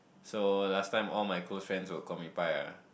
so last time all my close friends will call me Pai ah